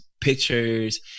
pictures